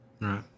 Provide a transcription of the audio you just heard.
Right